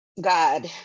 God